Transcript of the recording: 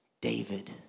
David